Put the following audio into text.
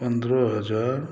पन्द्रह हजार